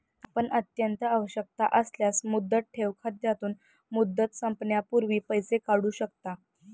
आपण अत्यंत आवश्यकता असल्यास मुदत ठेव खात्यातून, मुदत संपण्यापूर्वी पैसे काढू शकता